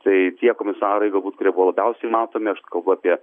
tai tie komisarai galbūt kurie buvo labiausiai matomi aš kalbu apie